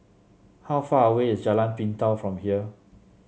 how far away is Jalan Pintau from here